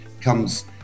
comes